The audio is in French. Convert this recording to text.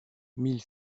mille